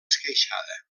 esqueixada